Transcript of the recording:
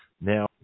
Now